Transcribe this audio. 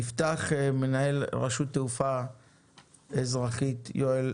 יפתח מנהל רשות תעופה אזרחית יואל